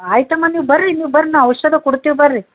ಆಯಿತಮ್ಮ ನೀವು ಬರ್ರಿ ನೀವು ಬರ್ರಿ ನಾವು ಔಷಧ ಕೊಡ್ತೀವಿ ಬರ್ರಿ